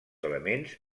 elements